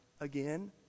again